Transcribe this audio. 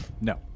No